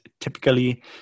typically